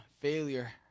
failure